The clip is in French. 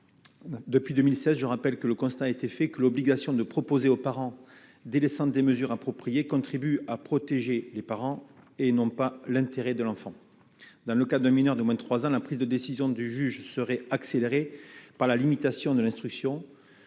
depuis 2016, je rappelle que le constat a été fait que l'obligation de proposer aux parents des délaissant des mesures appropriées contribue à protéger les parents et non pas l'intérêt de l'enfant dans le cas d'un mineur de moins de 3 ans, la prise de décision du juge serait accélérée par la limitation de l'instruction